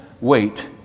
wait